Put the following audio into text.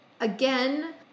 Again